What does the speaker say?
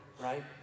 right